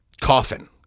coffin